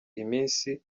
iminsi